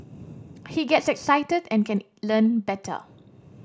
he gets excited and can learn better